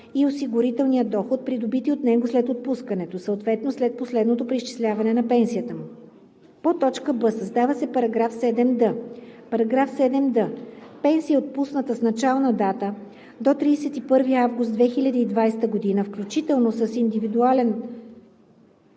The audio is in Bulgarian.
и осигурителния доход, придобити от него след отпускането, съответно след последното преизчисляване на пенсията му.“; б) създава се § 7д: „§ 7д. Пенсия, отпусната с начална дата до 31 август 2021 г. включително с индивидуален